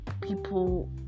people